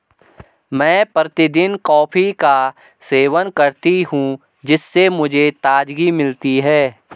मैं प्रतिदिन कॉफी का सेवन करती हूं जिससे मुझे ताजगी मिलती है